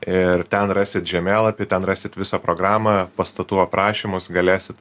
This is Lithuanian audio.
ir ten rasit žemėlapį ten rasit visą programą pastatų aprašymus galėsit